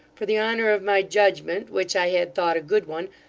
for the honour of my judgment, which i had thought a good one,